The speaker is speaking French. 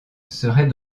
serait